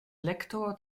lektor